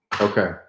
Okay